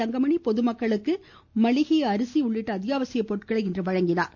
தங்கமணி பொதுமக்களுக்கு மளிகை அரிசி உள்ளிட்ட அத்தியாவசிய பொருட்களை இன்று வழங்கினார்